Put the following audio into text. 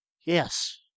Yes